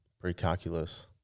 pre-calculus